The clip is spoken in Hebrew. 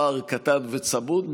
פער קטן וצמוד,